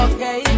Okay